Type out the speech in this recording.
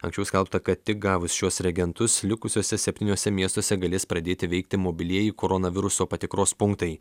anksčiau skelbta kad tik gavus šiuos reagentus likusiuose septyniuose miestuose galės pradėti veikti mobilieji koronaviruso patikros punktai